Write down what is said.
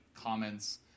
comments